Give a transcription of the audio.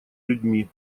людьми